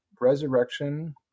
resurrection